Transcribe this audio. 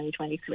2023